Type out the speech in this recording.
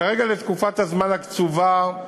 כרגע, לתקופת הזמן הקצובה,